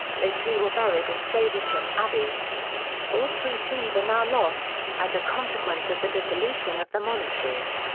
they too were buried in faversham abbey all three tombs are now lost, as a consequence of the dissolution of the monasteries.